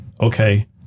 okay